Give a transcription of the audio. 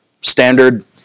Standard